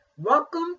Welcome